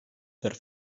der